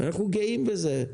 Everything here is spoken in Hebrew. ואנחנו גאים בזה.